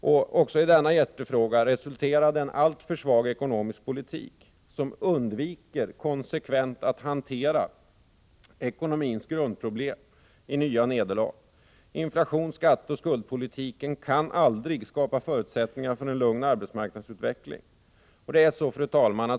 Även i denna hjärtefråga resulterade en alltför svag ekonomisk politik, som konsekvent undviker att hantera ekonomins grundproblam, i nya nederlag. Inflations-, skatteoch skuldpolitiken kan aldrig skapa förutsättningar för en lugn arbetsmarknadsutveckling. Fru talman!